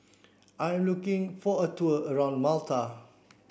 I looking for a tour around Malta